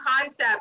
concept